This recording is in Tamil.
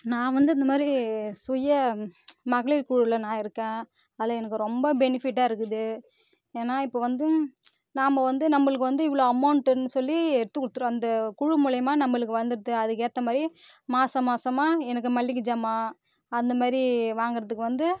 நான் வந்து இந்த மாதிரி சுய மகளிர் குழுவில் நான் இருக்கேன் அதில் எனக்கு ரொம்ப பெனிஃபிட்டாக இருக்குது ஏன்னால் இப்போ வந்து நாம் வந்து நம்மளுக்கு வந்து இவ்வளோ அமௌண்ட்டுனு சொல்லி எடுத்து குடுத்துடும் அந்த குழு மூலயமா நம்மளுக்கு வந்திடுது அதுக்கேற்ற மாரி மாதம் மாதமா எனக்கு மளிகை சாமான் அந்த மாதிரி வாங்குறதுக்கு வந்து